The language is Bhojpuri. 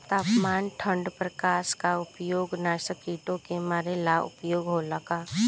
तापमान ठण्ड प्रकास का उपयोग नाशक कीटो के मारे ला उपयोग होला का?